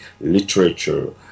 literature